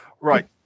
Right